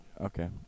Okay